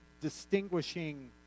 distinguishing